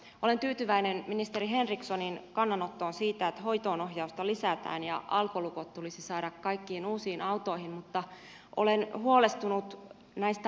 olen tyytyväinen ministeri henrikssonin kannanottoon siitä että hoitoonohjausta lisätään ja alkolukot tulisi saada kaikkiin uusiin autoihin mutta olen huolestunut näistä rangaistuksista